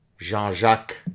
Jean-Jacques